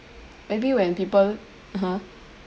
maybe when people (uh huh)